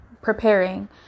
preparing